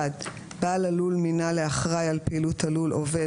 בעל הלול מינה לאחראי על פעילות הלול עובד,